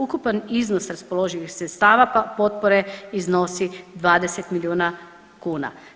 Ukupan iznos raspoloživih sredstava potpore iznosi 20 milijuna kuna.